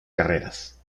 carreras